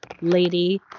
lady